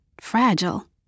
fragile